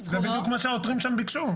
זה בדיוק מה שהעותרים ביקשו.